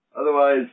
Otherwise